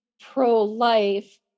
pro-life